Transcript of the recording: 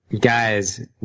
Guys